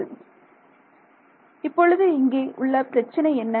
ஆகையால் இப்பொழுது இங்கே உள்ள பிரச்சனை என்ன